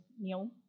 Neil